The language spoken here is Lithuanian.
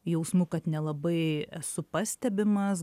jausmu kad nelabai esu pastebimas